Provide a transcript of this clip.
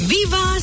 Viva